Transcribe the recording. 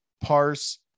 parse